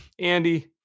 Andy